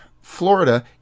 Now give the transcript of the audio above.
Florida